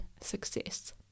success